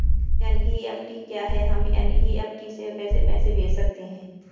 NEFT क्या है हम एन.ई.एफ.टी से कैसे पैसे भेज सकते हैं?